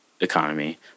economy